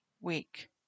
week